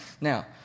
Now